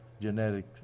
genetic